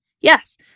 Yes